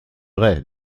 vrai